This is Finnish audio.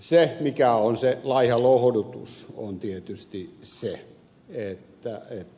se mikä on laiha lohdutus on tietysti se että ei